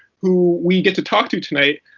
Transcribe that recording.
who we get to talk to tonight.